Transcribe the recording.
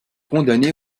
condamné